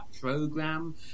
program